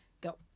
Go